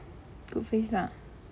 good face lah